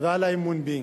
ועל האמון בי.